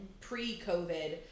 pre-COVID